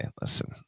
Listen